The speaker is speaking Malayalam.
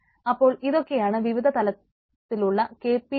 അപ്പോൾ ഇതൊക്കെയാണ് വിവിധ തരത്തിലുള്ള കെ പി ഐ